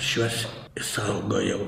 šiuos išsaugojau